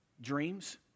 dreams